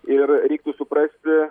ir reiktų suprasti